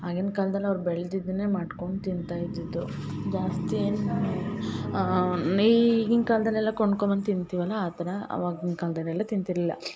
ಆಗಿನ ಕಾಲ್ದಲ್ಲಿ ಅವ್ರು ಬೆಳ್ದಿದ್ದನ್ನೇ ಮಾಡ್ಕೊಂಡು ತಿಂತಾ ಇದ್ದಿದ್ದು ಜಾಸ್ತಿ ಏನೂ ಈಗಿನ ಕಾಲದಲ್ಲೆಲ್ಲ ಕೊಂಡ್ಕೊಂಡ್ ಬಂದು ತಿಂತೀವಲ್ಲ ಆ ಥರ ಅವಾಗಿನ ಕಾಲದಲ್ಲೆಲ್ಲ ತಿಂತಿರಲಿಲ್ಲ